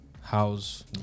house